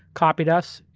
copied us,